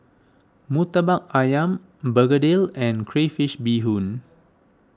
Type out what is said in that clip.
Murtabak Ayam Begedil and Crayfish BeeHoon